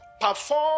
perform